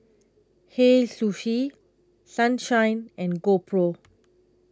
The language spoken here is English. Hei Sushi Sunshine and GoPro